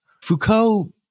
Foucault